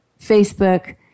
Facebook